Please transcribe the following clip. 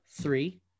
three